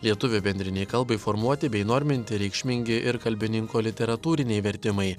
lietuvių bendrinei kalbai formuoti bei norminti reikšmingi ir kalbininko literatūriniai vertimai